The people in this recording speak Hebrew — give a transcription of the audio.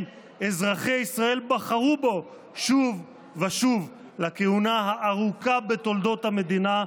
אזרחי ישראל בחרו בו שוב ושוב לכהונה הארוכה בתולדות המדינה,